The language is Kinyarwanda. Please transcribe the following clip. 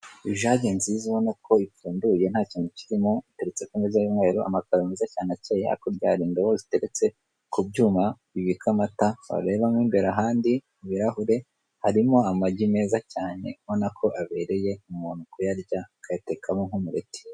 Ijage nziza ubona ko ipfunduye ntakintu kirimo iteretse ku meza y'umweru, amakaro meza cyane akeye, hakurya hari indobo ziteretse kubyuma, bibika amata warebamo imbere ahandi mubirahure, harimo amagi meza cyane ubona ko abereye umuntu kuyarya, akayatekamo nk'umureti.